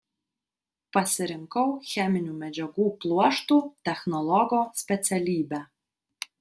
pasirinkau cheminių medžiagų pluoštų technologo specialybę